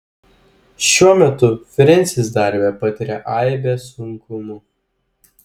šiuo metu frensis darbe patiria aibę sunkumų